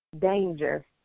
danger